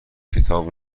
کتاب